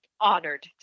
honored